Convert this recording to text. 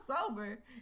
sober